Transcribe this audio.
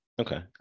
Okay